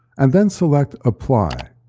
and then select apply.